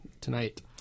tonight